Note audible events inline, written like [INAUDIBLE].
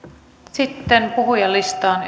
sitten puhujalistaan [UNINTELLIGIBLE]